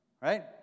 right